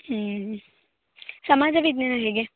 ಸಮಾಜ ವಿಜ್ಞಾನ ಹೇಗೆ